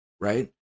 right